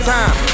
Time